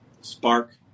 Spark